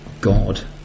God